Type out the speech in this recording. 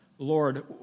Lord